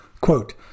quote